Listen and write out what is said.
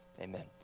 amen